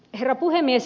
herra puhemies